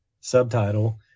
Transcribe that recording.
subtitle